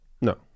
No